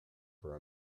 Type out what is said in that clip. for